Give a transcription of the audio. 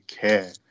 care